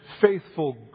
faithful